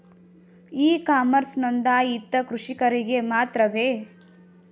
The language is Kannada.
ಇ ಕಾಮರ್ಸ್ ನೊಂದಾಯಿತ ಕೃಷಿಕರಿಗೆ ಮಾತ್ರವೇ?